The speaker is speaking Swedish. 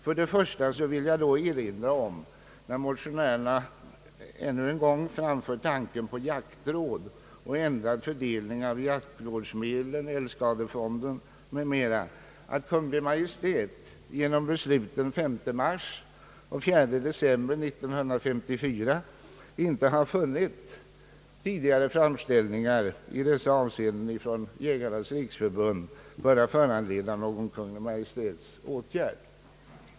För det första vill jag då när motionärerna än en gång framför tanken på jaktråd och ändrad fördelning av jaktvårdsmedlen, älgskadefonden m.m. erinra om att Kungl. Maj:t genom beslut den 5 mars och 4 december 1964 inte funnit tidigare framställningar i dessa avseenden från Jägarnas riksförbund böra föranleda någon Kungl. Maj:ts åtgärd.